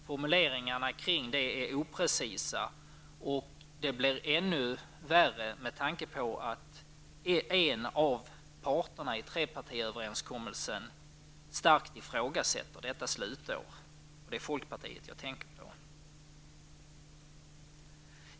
Formuleringarna kring slutåret är oprecisa, och det blir ännu värre med tanke på att en av parterna i trepartiöverenskommelsen, nämligen folkpartiet, starkt ifrågasätter det.